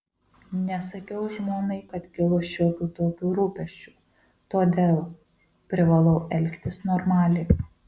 nesakiau žmonai kad kilo šiokių tokių rūpesčių todėl privalau elgtis normaliai